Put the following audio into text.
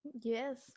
Yes